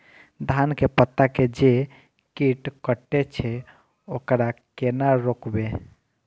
धान के पत्ता के जे कीट कटे छे वकरा केना रोकबे?